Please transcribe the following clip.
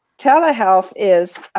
telehealth is